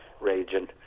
raging